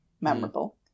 memorable